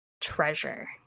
treasure